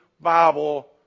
Bible